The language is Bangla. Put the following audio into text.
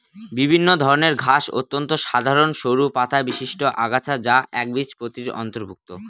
বিভিন্ন ধরনের ঘাস অত্যন্ত সাধারন সরু পাতাবিশিষ্ট আগাছা যা একবীজপত্রীর অন্তর্ভুক্ত